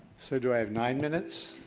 so do i have nine minutes?